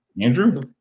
Andrew